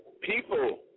people